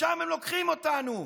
לשם הם לוקחים אותנו,